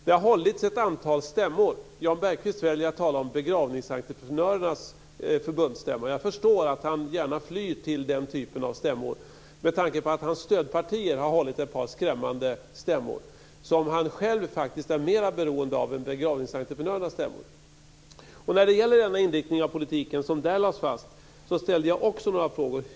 Det har hållits ett antal stämmor, och Jan Bergqvist väljer att tala om begravningsentreprenörernas förbundsstämma. Jag förstår att han gärna flyr till den typen av stämmor, med tanke på att hans stödpartier har hållit ett par skrämmande stämmor som han själv är mer beroende av än han är av begravningsentreprenörernas stämma. Och när det gäller den inriktning av politiken som där lades fast ställde jag också några frågor.